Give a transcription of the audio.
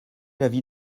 l’avis